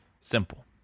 Simple